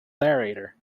narrator